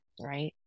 right